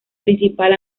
principal